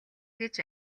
гэж